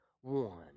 one